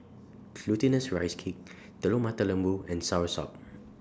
Glutinous Rice Cake Telur Mata Lembu and Soursop